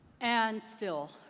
and still,